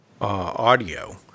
audio